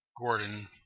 Gordon